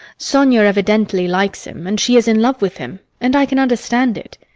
sonia evidently likes him, and she is in love with him, and i can understand it.